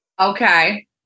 Okay